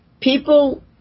people